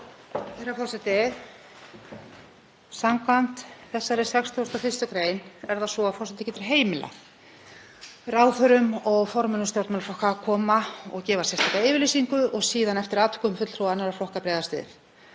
Herra forseti. Samkvæmt þessari 61. gr. er það svo að forseti getur heimilað ráðherrum og formönnum stjórnmálaflokka að koma og gefa sérstaka yfirlýsingu og síðan eftir atvikum fulltrúum annarra flokka að bregðast við.